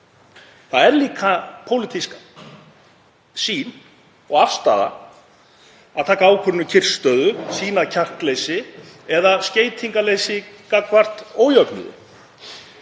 Það er líka pólitísk sýn og afstaða að taka ákvörðun um kyrrstöðu, sýna kjarkleysi eða skeytingarleysi gagnvart ójöfnuði.